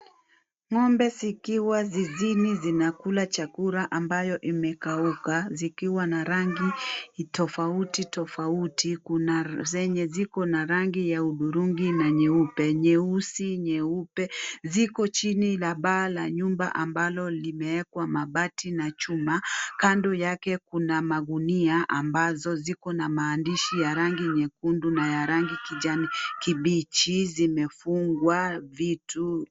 Ngombe zikiwa zizini zinakula chakula ambayo imekauka zikiwa na rangi tofauti tofauti, kuna zenye ziko na rangi ya udhurungi na nyeupe, nyeusi ,nyeupe ziko chini la paa la nyumba ambalo limewekwa mabati na chuma, kando yake kuna magunia ambazo ziko na maandishi ya rangi nyekundu na ya rangi kijani kibichi zimefungwa vitu.